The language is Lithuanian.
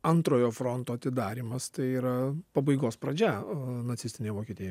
antrojo fronto atidarymas tai yra pabaigos pradžia o nacistinėj vokietijoj